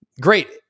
Great